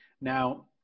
Now